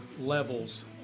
levels